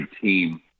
team